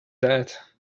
that